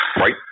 Right